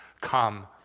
come